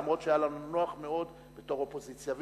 למרות שהיה לנו נוח מאוד בתור אופוזיציה.